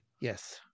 Yes